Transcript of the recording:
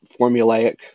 formulaic